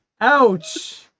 Ouch